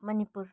Manipur